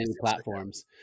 platforms